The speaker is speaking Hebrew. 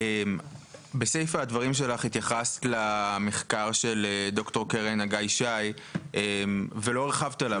בסיפא הדברים שלך התייחסת למחקר של ד"ר קרן אגאי-שי ולא הרחבת עליו.